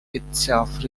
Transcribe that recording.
itself